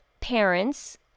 parents